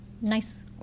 nice